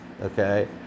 okay